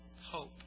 hope